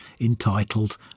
entitled